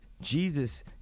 Jesus